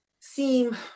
seem